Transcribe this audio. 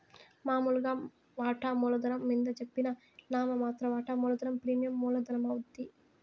మామూలుగా వాటామూల ధనం మింద జెప్పిన నామ మాత్ర వాటా మూలధనం ప్రీమియం మూల ధనమవుద్ది